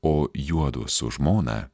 o juodu su žmona